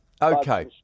Okay